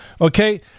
Okay